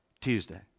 Tuesday